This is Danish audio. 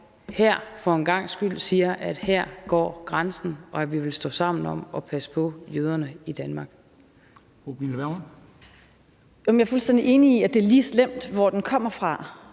her for en gangs skyld siger, at her går grænsen, og at vi vil stå sammen om at passe på jøderne i Danmark.